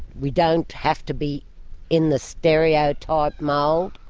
we don't have to be in the stereotype mould.